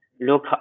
look